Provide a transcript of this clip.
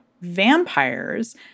vampires